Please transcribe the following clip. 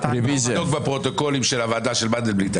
בדוק בפרוטוקולים של הוועדה של מנדלבליט,